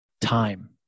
time